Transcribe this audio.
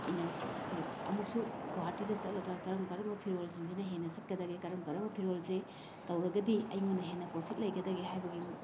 ꯑꯩꯅ ꯑꯃꯨꯛꯁꯨ ꯒꯨꯍꯥꯇꯤꯗ ꯆꯠꯂꯒ ꯀꯔꯝ ꯀꯔꯝꯕ ꯐꯤꯔꯣꯜꯁꯤꯡꯁꯤꯅ ꯍꯦꯟꯅ ꯁꯤꯠꯀꯗꯒꯦ ꯀꯔꯝ ꯀꯔꯝꯕ ꯐꯤꯔꯣꯜꯁꯦ ꯇꯧꯔꯒꯗꯤ ꯑꯩꯉꯣꯟꯗ ꯍꯦꯟꯅ ꯄ꯭ꯔꯣꯐꯤꯠ ꯂꯩꯒꯗꯒꯦ ꯍꯥꯏꯕꯒꯤ